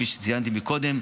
כפי שציינתי קודם.